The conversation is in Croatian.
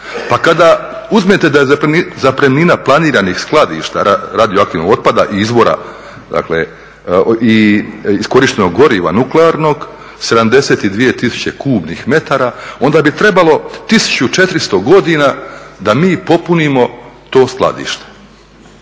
Pa kada uzmete da je zapremnina planiranih skladišta radioaktivnog otpada, izvora dakle iskorištenog goriva nuklearnog 72000 kubnih metara onda bi trebalo 1400 godina da mi popunimo to skladište.